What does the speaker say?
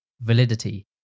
validity